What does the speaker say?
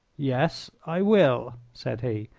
yes, i will, said he,